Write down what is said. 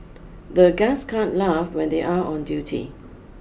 the guards can't laugh when they are on duty